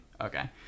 Okay